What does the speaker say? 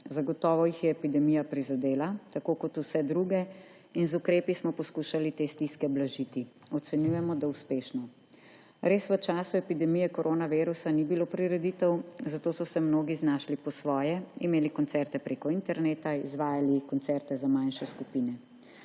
Zagotovo jih je epidemija prizadela, tako kot vse druge, in z ukrepi smo poskušali te stiske blažiti. Ocenjujemo, da uspešno. Res v času epidemije koronavirusa ni bilo prireditev, zato so se mnogi znašli po svoje, imeli koncerte preko interneta, izvajali koncerte za manjše skupine.